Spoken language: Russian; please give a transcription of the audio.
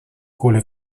коля